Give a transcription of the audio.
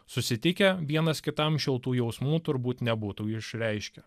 susitikę vienas kitam šiltų jausmų turbūt nebūtų išreiškę